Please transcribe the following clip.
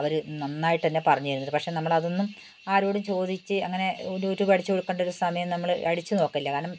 അവര് നന്നായിട്ടുതന്നെ പറഞ്ഞു തരുന്നുണ്ട് പക്ഷേ നമ്മളതൊന്നും ആരോടും ചോദിച്ച് അങ്ങനെ യൂട്യൂബ് അടിച്ചുകൊടുക്കേണ്ടൊരു സമയം നമ്മൾ അടിച്ച് നോക്കലില്ല കാരണം